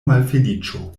malfeliĉo